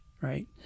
right